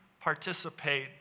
participate